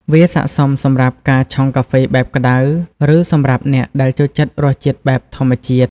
វាស័ក្ដិសមសម្រាប់ការឆុងកាហ្វេបែបក្តៅ ឬសម្រាប់អ្នកដែលចូលចិត្តរសជាតិបែបធម្មជាតិ។